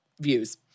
views